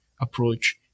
approach